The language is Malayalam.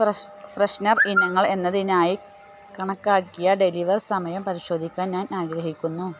ഫ്രെഷ്നർ ഇനങ്ങൾ എന്നതിനായി കണക്കാക്കിയ ഡെലിവർ സമയം പരിശോധിക്കാൻ ഞാൻ ആഗ്രഹിക്കുന്നു